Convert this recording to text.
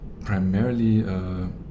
primarily